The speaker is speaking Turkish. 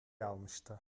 almıştı